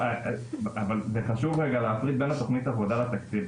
אבל חשוב רגע להפריד בין תוכנית העבודה לתקציב,